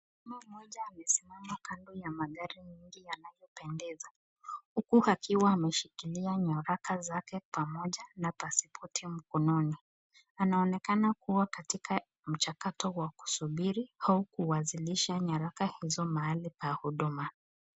Mama mmoja amesimama kando ya magari yanayopendeza huku akiwa ameshikilia nyaraka zake pamoja na passport mkononi, anaonekana kuwa katika mchakato kusubiri au kuwakilisha nyaraka hizo mahali pa huduma.